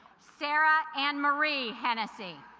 sara and marie hennessy